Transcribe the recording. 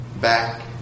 Back